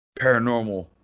paranormal